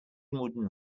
wooden